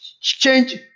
Change